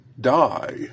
die